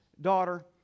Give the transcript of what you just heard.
Daughter